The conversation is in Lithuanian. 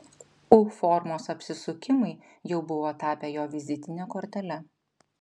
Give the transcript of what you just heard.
u formos apsisukimai jau buvo tapę jo vizitine kortele